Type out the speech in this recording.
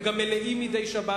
הם גם מלאים מדי שבת.